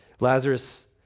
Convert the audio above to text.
Lazarus